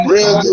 Real